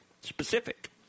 specific